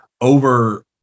over